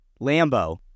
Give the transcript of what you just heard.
Lambo